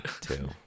two